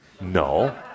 No